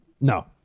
No